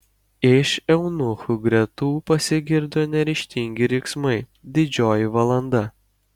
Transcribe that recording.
iš eunuchų gretų pasigirdo neryžtingi riksmai didžioji valanda